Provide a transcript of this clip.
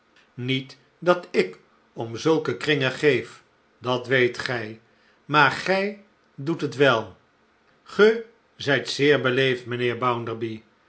niet dat i k om zulke kringen geef dat weet gij maar gij doet het wel ge zijt zeer beleefd mijnheer